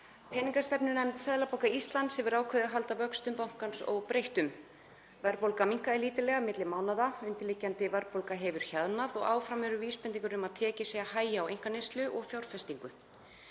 Peningastefnunefnd Seðlabanka Íslands hefur ákveðið að halda vöxtum bankans óbreyttum. Verðbólga minnkaði lítillega milli mánaða, undirliggjandi verðbólga hefur hjaðnað og áfram eru vísbendingar um að tekið sé að hægja á einkaneyslu og fjárfestingu.